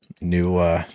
new